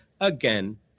again